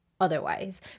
otherwise